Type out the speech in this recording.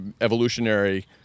evolutionary